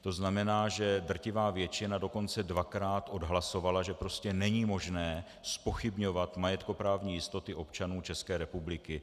To znamená, že drtivá většina dokonce dvakrát odhlasovala, že prostě není možné zpochybňovat majetkoprávní jistoty občanů České republiky.